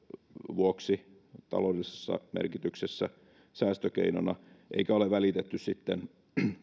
vuoksi taloudellisessa merkityksessä säästökeinona eikä ole välitetty sitten